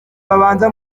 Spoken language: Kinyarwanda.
babanza